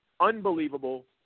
unbelievable